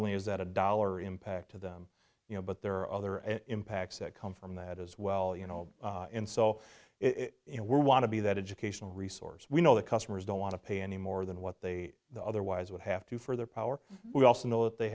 only is that a dollar impact to them you know but there are other and impacts that come from that as well you know in so if it were want to be that educational resource we know that customers don't want to pay any more than what they otherwise would have to for their power we also know that they